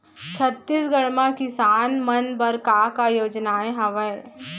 छत्तीसगढ़ म किसान मन बर का का योजनाएं हवय?